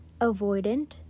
avoidant